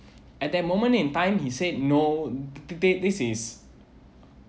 at that moment in time he said no this this is